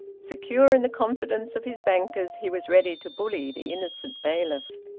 secure in the confidence of his bankers, he was ready to bully the innocent bailiff.